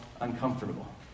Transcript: uncomfortable